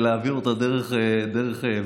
ולהעביר אותה דרך וידיאו.